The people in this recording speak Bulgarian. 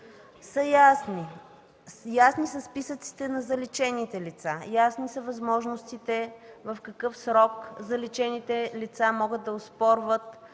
са ясни. Ясни са списъците на заличените лица. Ясни са възможностите в какъв срок заличените лица могат да оспорват